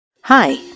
Hi